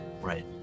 right